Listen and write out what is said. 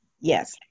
Yes